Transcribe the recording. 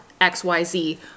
XYZ